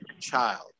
child